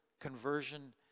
conversion